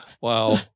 Wow